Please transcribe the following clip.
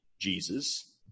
Jesus